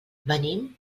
venim